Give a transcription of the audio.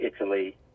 Italy